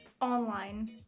Online